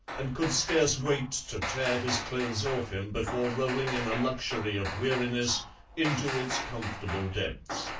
and could scarce wait to tear his clothes off him before rolling in a luxury of weariness into its comfortable depths.